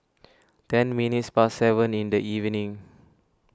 ten minutes past seven in the evening